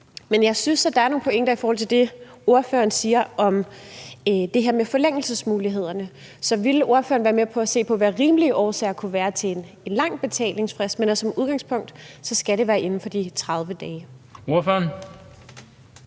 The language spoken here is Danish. Men jeg synes, at der er nogle pointer i forhold til det, ordføreren siger om det her med forlængelsesmulighederne. Så ville ordføreren være med på at se på, hvad der kunne være af rimelige årsager til en lang betalingsfrist, men at det som udgangspunkt skal være inden for de 30 dage? Kl.